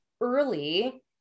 early